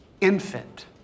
infant